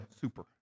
super